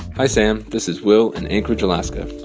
hi, sam. this is will in anchorage, alaska.